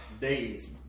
days